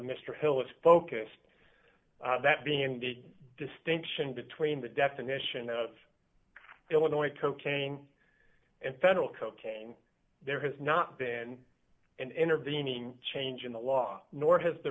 mr hill is focused on that being the distinction between the definition of illinois cocaine and federal cocaine there has not been an intervening change in the law nor has there